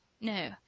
No